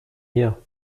hier